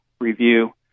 review